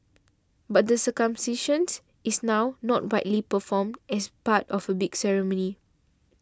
but the circumcisions is now not widely performed as part of a big ceremony